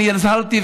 והזהרתי,